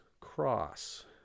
Cross